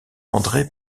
andré